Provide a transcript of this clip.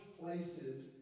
places